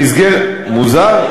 במסגרת, מוזר?